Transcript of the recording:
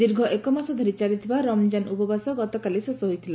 ଦୀର୍ଘ ଏକ ମାସ ଧରି ଚାଲିଥିବା ରମ୍ଜାନ ଉପବାସ ଗତକାଲି ଶେଷ ହୋଇଥିଲା